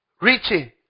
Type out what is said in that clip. reaching